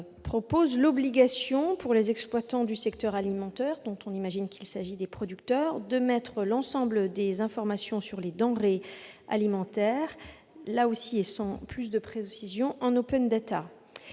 prévoient l'obligation, pour les « exploitants du secteur alimentaire », dont on imagine qu'il s'agit des producteurs, de mettre l'ensemble des informations sur les « denrées alimentaires », là encore sans plus de précision, en.